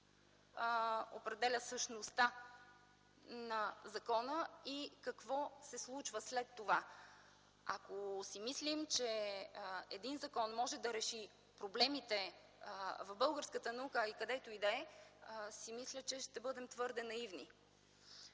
който определя същността на закона и какво се случва след това. Ако си мислим, че един закон може да реши проблемите на българската наука, а и където и да е, мисля, че ще бъдем твърде наивни.